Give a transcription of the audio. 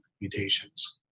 mutations